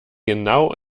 genau